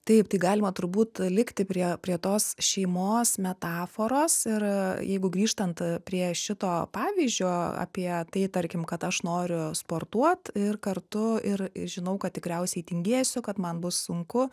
taip tai galima turbūt likti prie prie tos šeimos metaforos ir jeigu grįžtant prie šito pavyzdžio apie tai tarkim kad aš noriu sportuot ir kartu ir žinau kad tikriausiai tingėsiu kad man bus sunku